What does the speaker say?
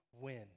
win